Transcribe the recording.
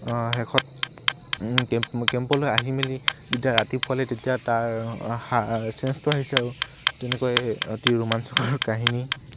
শেষত কেম্প কেম্পলৈ আহি মেলি যেতিয়া ৰাতি পুৱালে তেতিয়া তাৰ সাৰ চেঞ্চটো আহিছে আৰু তেনেকৈ অতি ৰোমাঞ্চকৰ কাহিনী